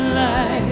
life